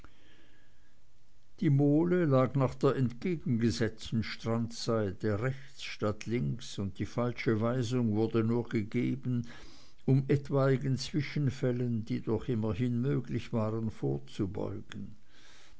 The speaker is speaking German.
die mole lag nach der entgegengesetzten strandseite rechts statt links und die falsche weisung wurde nur gegeben um etwaigen zwischenfällen die doch immerhin möglich waren vorzubeugen